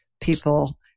people